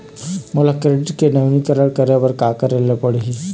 मोला क्रेडिट के नवीनीकरण करे बर का करे ले पड़ही?